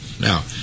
Now